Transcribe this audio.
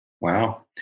Wow